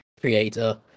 creator